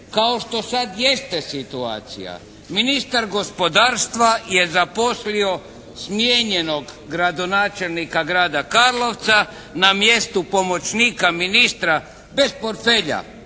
kao što sad jeste situacija. Ministar gospodarstva je zaposlio smijenjenog gradonačelnika grada Karlovca na mjestu pomoćnika ministra bez portfelja,